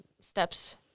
steps